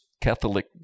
Catholic